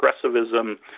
progressivism